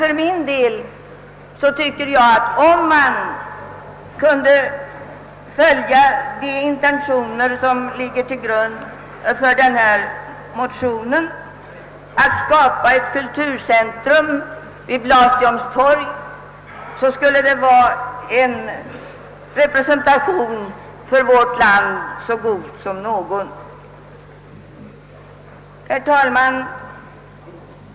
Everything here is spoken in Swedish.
För min del tycker jag att det skulle vara en representation så god som någon för vårt land, om vi fullföljde motionens intentioner och skapade ett kulturcentrum vid Blasieholmstorg. Herr talman!